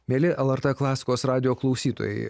mieli lrt klasikos radijo klausytojai